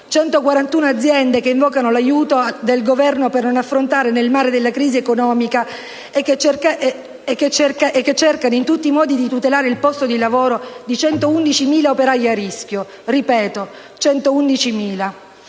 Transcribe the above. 141 aziende che invocano l'aiuto del Governo per non affogare nel mare della crisi economica e che cercano in tutti i modi di tutelare il posto di lavoro di 111.000 operai a rischio. Lo ripeto, 111.000.